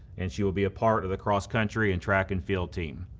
and she will be a part of the cross country and track and field team.